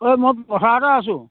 ঐ মই পথাৰতে আছো